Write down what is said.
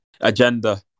agenda